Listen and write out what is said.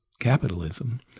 capitalism